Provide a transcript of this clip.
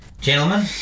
Gentlemen